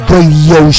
Radio